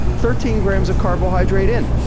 thirteen grams of carbohydrate in,